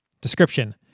Description